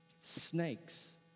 Snakes